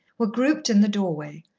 were grouped in the doorway,